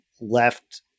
left